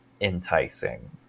enticing